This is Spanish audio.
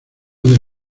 del